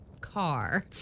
car